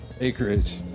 Acreage